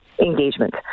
engagement